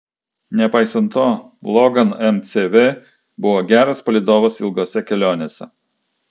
nepaisant to logan mcv buvo geras palydovas ilgose kelionėse